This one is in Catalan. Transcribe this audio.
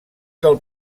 del